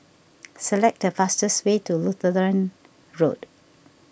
select the fastest way to Lutheran Road